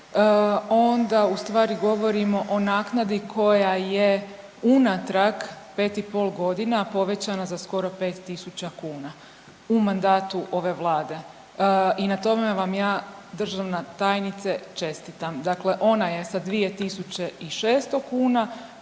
onda u stvari govorimo o naknadi koja je unatrag 5,5 godina povećana za skoro 5.000 kuna u mandatu ove vlade i na tome vam ja državna tajnice čestitam. Dakle, ona je sa 2.600 kuna